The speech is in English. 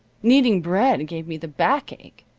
kneading bread gave me the backache,